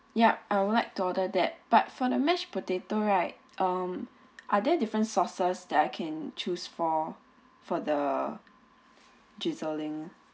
yup I would like dollar that but for the mashed potato right um are there different sauces that I can choose for for the drizzling